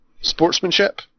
sportsmanship